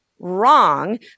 wrong